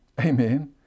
Amen